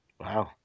Wow